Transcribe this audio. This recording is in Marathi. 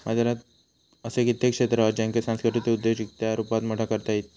बाजारात असे कित्येक क्षेत्र हत ज्येंका सांस्कृतिक उद्योजिकतेच्या रुपात मोठा करता येईत